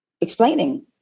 explaining